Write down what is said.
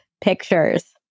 pictures